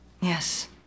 Yes